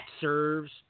serves